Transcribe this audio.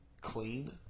clean